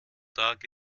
tag